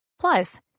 Plus